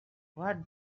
what